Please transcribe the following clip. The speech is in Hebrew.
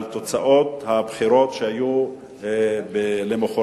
על תוצאות הבחירות שהיו למחרת.